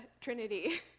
Trinity